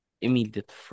immediate